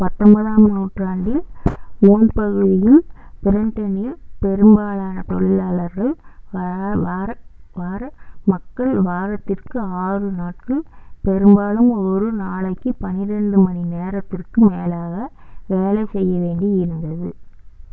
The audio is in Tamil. பத்தொம்பதாம் நூற்றாண்டில் முற்பகுதியில் பிரிட்டனில் பெரும்பாலான தொழிலாளர்கள் வார வார மக்கள் வாரத்திற்கு ஆறு நாட்கள் பெரும்பாலும் ஒரு நாளைக்கு பன்னிரண்டு மணி நேரத்திற்கும் மேலாக வேலை செய்ய வேண்டி இருந்தது